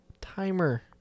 timer